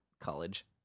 college